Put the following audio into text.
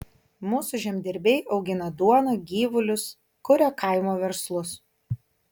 mūsų žemdirbiai augina duoną gyvulius kuria kaimo verslus